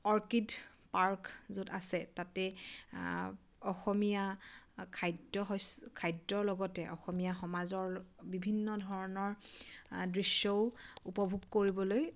orchid park য'ত আছে তাতে অসমীয়া খাদ্য শস্য খাদ্যৰ লগতে অসমীয়া সমাজৰ বিভিন্ন ধৰণৰ দৃশ্যও উপভোগ কৰিবলৈ